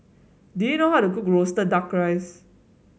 do you know how to cook roasted duck rice